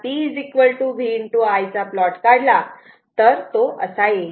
जर तुम्ही या P V I चा प्लॉट काढला तर तो असा येईल